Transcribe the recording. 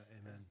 amen